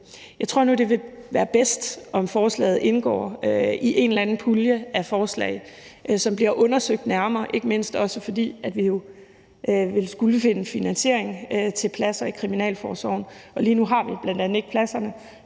Jeg tror nu, det vil være bedst, om forslaget indgår i en eller anden pulje af forslag, som bliver undersøgt nærmere, ikke mindst fordi vi også ville skulle finde finansiering til pladser i kriminalforsorgen, og lige nu har vi bl.a. ikke pladserne,